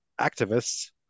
activists